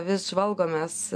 vis žvalgomės